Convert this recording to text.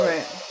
Right